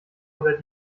oder